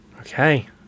Okay